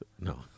no